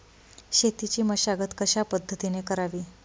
शेतीची मशागत कशापद्धतीने करावी?